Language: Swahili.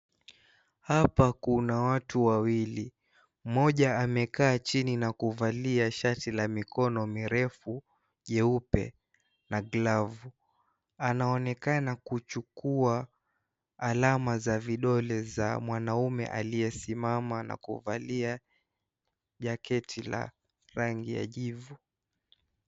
Hapa kuna watu wawili. Mmoja amekaa chini na kuvalia shati la mikono mirefu, jeupe na glovu. Anaonekana kuchukua alama za vidole za mwanaume, aliyesimama na kuvalia jaketi la rangi ya jivu.